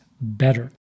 better